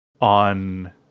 on